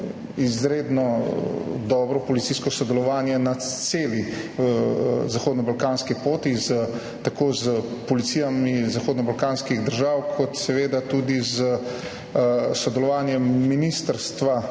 izredno dobro policijsko sodelovanje na celi zahodnobalkanski poti, tako s policijami zahodnobalkanskih držav kot seveda tudi s sodelovanjem Ministrstva